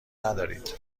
ندارید